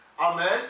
Amen